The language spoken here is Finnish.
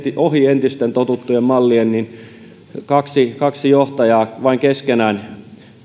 ohi entisten totuttujen mallien kaksi kaksi johtajaa vain keskenään